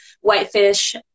whitefish